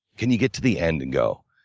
can you get to the end and go,